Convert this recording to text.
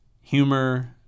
humor